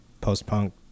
post-punk